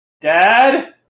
Dad